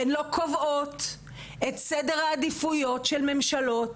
הן לא קובעות את סדר העדיפויות של ממשלות.